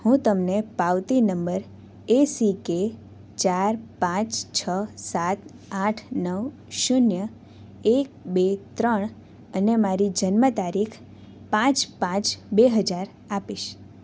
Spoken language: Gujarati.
હું તમને પાવતી નંબર એસિકે ચાર પાંચ છ સાત આઠ નવ શૂન્ય એક બે ત્રણ અને મારી જન્મ તારીખ પાંચ પાંચ બે હજાર આપીશ